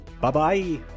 bye-bye